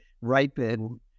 ripen